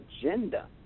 agenda